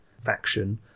faction